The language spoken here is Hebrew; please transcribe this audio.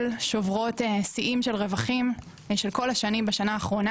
שוברות שיאים של רווחים של כל השנים בשנה האחרונה,